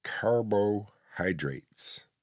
Carbohydrates